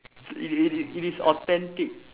it it it is authentic